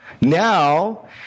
now